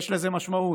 יש לזה משמעות,